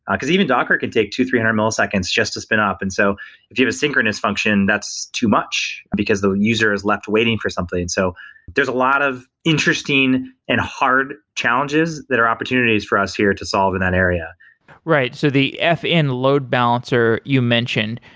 because even docker can take two hundred, three hundred milliseconds just to spin up. and so if you have a synchronous function that's too much, because the user is left waiting for something. and so there's a lot of interesting and hard challenges that are opportunities for us here to solve in that area right. so the fn load balancer you mentioned,